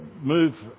move